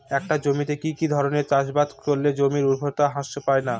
একটা জমিতে কি কি ধরনের চাষাবাদ করলে জমির উর্বরতা হ্রাস পায়না?